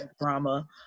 drama